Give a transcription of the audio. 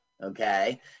Okay